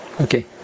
Okay